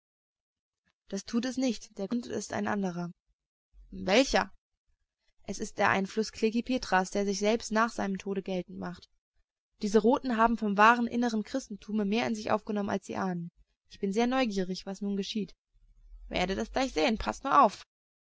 das tut es nicht der grund ist ein anderer welcher es ist der einfluß klekih petras der sich selbst nach seinem tode geltend macht diese roten haben vom wahren innern christentume mehr in sich aufgenommen als sie ahnen ich bin sehr neugierig was nun geschieht werdet es gleich sehen paßt nur auf